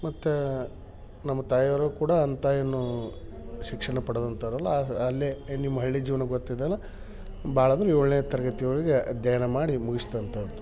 ಮತ್ತು ನಮ್ಮ ತಾಯವ್ರು ಕೂಡ ಅಂತ ಏನು ಶಿಕ್ಷಣ ಪಡೆದಂಥವರಲ್ಲ ಅಲ್ಲೇ ಏ ನಿಮ್ಮ ಹಳ್ಳಿ ಜೀವನ ಗೊತ್ತಿದೆಲ್ವ ಭಾಳ ಅಂದ್ರೆ ಏಳನೇ ತರಗತಿವರ್ಗೆ ಅಧ್ಯಯನ ಮಾಡಿ ಮುಗಿಸ್ದಂಥವ್ರ್